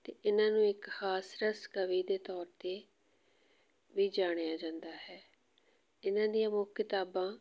ਅਤੇ ਇਹਨਾਂ ਨੂੰ ਇੱਕ ਹਾਸ ਰਸ ਕਵੀ ਦੇ ਤੌਰ 'ਤੇ ਵੀ ਜਾਣਿਆ ਜਾਂਦਾ ਹੈ ਇਹਨਾਂ ਦੀਆਂ ਮੁੱਖ ਕਿਤਾਬਾਂ